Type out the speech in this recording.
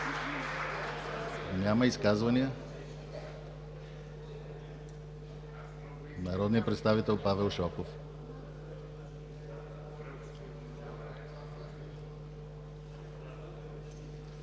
Няма. Изказвания? Народният представител Павел Шопов.